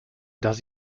dass